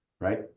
right